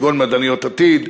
כגון "מדעניות העתיד",